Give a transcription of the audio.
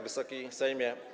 Wysoki Sejmie!